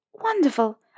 Wonderful